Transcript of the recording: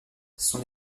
sont